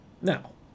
Now